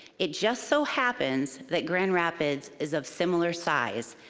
it just so happens that grand rapids is of similar size,